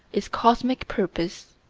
is cosmic purpose.